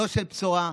לא של בשורה,